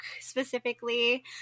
specifically